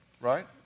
right